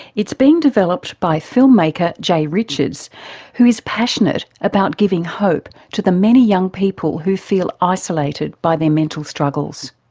it's being developed by filmmaker jay richards who is passionate about giving hope to the many young people who feel isolated by their mental struggles.